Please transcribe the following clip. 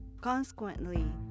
Consequently